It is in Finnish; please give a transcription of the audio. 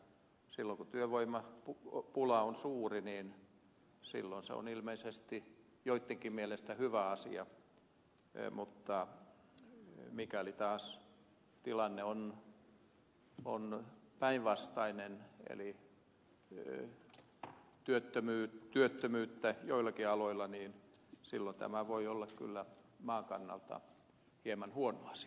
silloin kun työvoimapula on suuri niin silloin se on ilmeisesti joittenkin mielestä hyvä asia mutta mikäli taas tilanne on päinvastainen eli työttömyyttä joillakin aloilla niin silloin tämä voi olla kyllä maan kannalta hieman huono asia